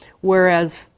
whereas